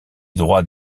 droits